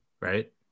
right